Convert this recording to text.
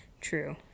True